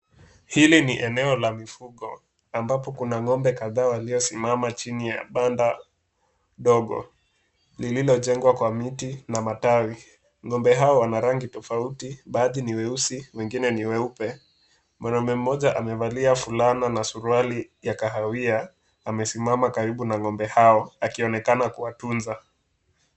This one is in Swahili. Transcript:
Hili ni eneo la mifugo ambapo kuna ng'ombe kadhaa waliosimama chini ya banda dogo lililojengwa kwa miti na matawi. Ng'ombe hawa wana rangi tofauti, baadhi ni weusi wengine ni weupe. Mwanamume mmoja amevalia fulana na suruali ya kahawia . Amesimama karibu na ng'ombe hawa akionekana kuwatunza.